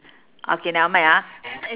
okay nevermind ah